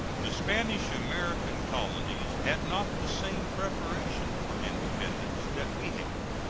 the spanish american colonies had not the same preparation for independence that we had.